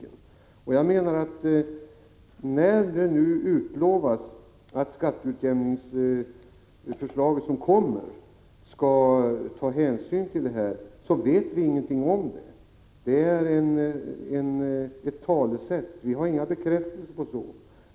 Det utlovas nu att man i det kommande skatteutjämningsförslaget skall ta hänsyn till detta, men det vet vi ingenting om — det är ett talesätt, men vi får inga bekräftelser.